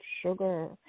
sugar